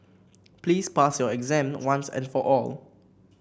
please pass your exam once and for all